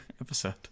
episode